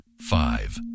Five